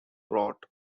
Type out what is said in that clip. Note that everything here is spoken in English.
brought